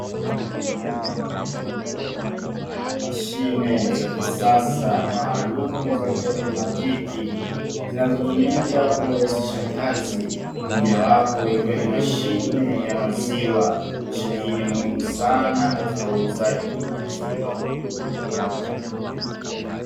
Mashine za kisasa maalumu za kiautomatiki zinazotumika kurahisisha kazi, mojawapo ikiwa ni mashine ya maziwa. Mashine hii ni muhimu sana katika uuzaji wa maziwa.